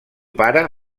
pare